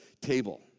table